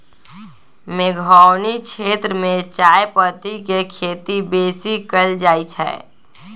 मेघौनी क्षेत्र में चायपत्ति के खेती बेशी कएल जाए छै